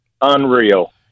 unreal